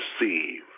receive